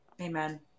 Amen